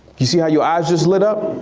you see how your eyes just lit up?